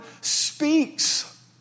speaks